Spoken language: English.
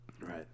Right